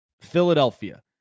Philadelphia